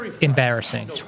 Embarrassing